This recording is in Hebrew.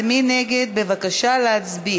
ועוברת לוועדת החוקה, חוק ומשפט להכנה